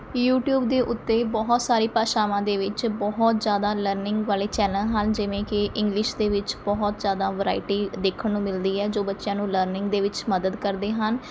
YouTube ਦੇ ਉੱਤੇ ਬਹੁਤ ਸਾਰੀ ਭਾਸ਼ਾਵਾਂ ਦੇ ਵਿੱਚ ਬਹੁਤ ਜ਼ਿਆਦਾ ਲਰਨਿੰਗ ਵਾਲੇ ਚੈਨਲ ਹਨ ਜਿਵੇਂ ਕਿ ਇੰਗਲਿਸ਼ ਦੇ ਵਿੱਚ ਬਹੁਤ ਜ਼ਿਆਦਾ ਵਰਾਇਟੀ ਦੇਖਣ ਨੂੰ ਮਿਲਦੀ ਹੈ ਜੋ ਬੱਚਿਆਂ ਨੂੰ ਲਰਨਿੰਗ ਦੇ ਵਿੱਚ ਮਦਦ ਕਰਦੇ ਹਨ